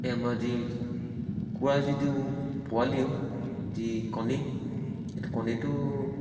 এই আমাৰ যি কুকুৰাৰ যিটো পোৱালিও যি কণী সেইটো কণীটো